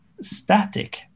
static